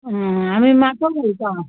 आमी माटोव घालता